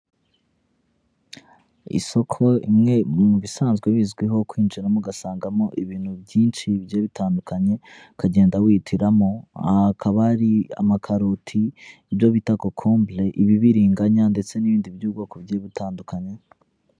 Isoko imwe mu bisanzwe bizwiho kwinjiramo ugasangamo ibintu byinshi bigiye bitandukanye, ukagenda wihitiramo, aha hakaba hari amakaroti, ibyo bita kokombure, ibibiringanya ndetse n'ibindi by'ubwoko bugiye butandukanye.